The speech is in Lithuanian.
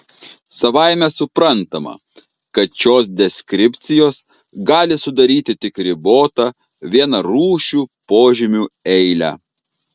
savaime suprantama kad šios deskripcijos gali sudaryti tik ribotą vienarūšių požymių eilę